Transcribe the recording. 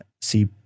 see